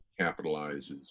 capitalizes